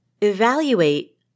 evaluate